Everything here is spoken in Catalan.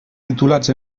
titulats